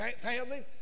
family